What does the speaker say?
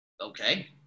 Okay